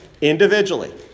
Individually